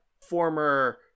former